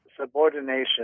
subordination